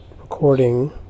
recording